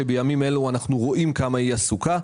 שבימים אלו אנחנו רואים כמה היא עסוקה.